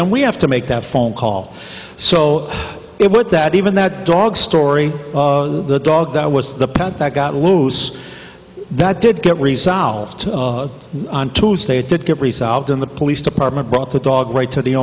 then we have to make that phone call so it would that even that dog story the dog that was the pet that got loose that did get resolved on tuesday it did get resolved in the police department brought the dog right to the